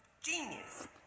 genius